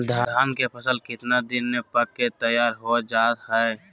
धान के फसल कितना दिन में पक के तैयार हो जा हाय?